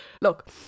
Look